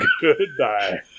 Goodbye